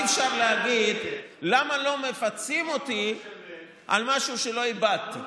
אי-אפשר להגיד: למה לא מפצים אותי על משהו שלא איבדתי?